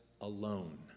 alone